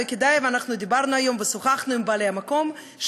ודיברנו היום ושוחחנו עם בעלי המקום,